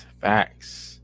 facts